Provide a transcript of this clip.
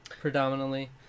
predominantly